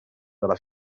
dalla